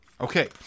okay